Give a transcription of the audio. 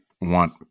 want